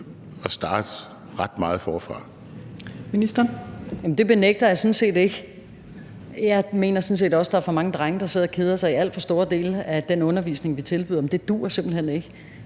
Rosenkrantz-Theil): Det benægter jeg sådan set ikke. Jeg mener også, der er for mange drenge, der sidder og keder sig i alt for store dele af den undervisning, vi tilbyder. Det det duer simpelt hen ikke;